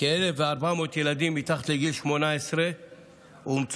כ-1,400 ילדים מתחת לגיל 18 אומצו,